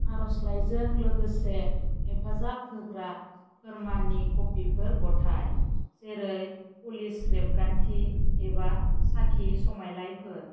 आरजलाइजों लोगोसे हेफाजाब होग्रा फोरमाननि कपिफोर गथाय जेरै पुलिस रेबगान्थि एबा साखि समाइ लाइफोर